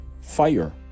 fire